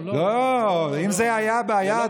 אם זאת הייתה הבעיה,